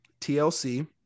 TLC